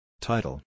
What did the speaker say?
Title